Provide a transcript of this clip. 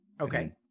Okay